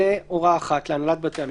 זו הוראה אחת להנהלת בתי המשפט.